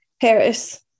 Paris